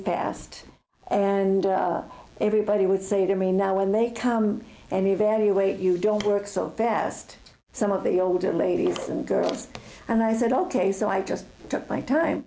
fast and everybody would say to me now when they come any very wait you don't work so best some of the older ladies and girls and i said ok so i just took my time